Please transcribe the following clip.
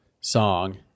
song